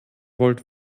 wollt